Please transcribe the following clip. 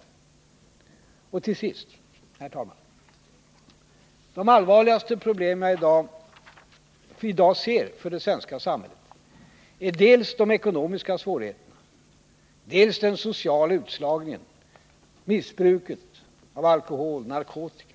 Jag vill till sist säga att de allvarligaste problem som vi i dag ser i det svenska samhället är dels de ekonomiska svårigheterna, dels den sociala utslagningen och missbruket av alkohol och narkotika.